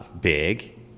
big